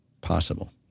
possible